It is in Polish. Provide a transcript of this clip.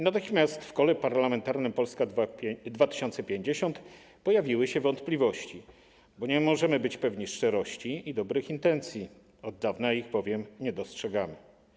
Natychmiast w Kole Parlamentarnym Polska 2050 pojawiły się wątpliwości, bo nie możemy być pewni szczerości i dobrych intencji, od dawna ich bowiem nie dostrzegamy.